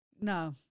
No